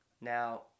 now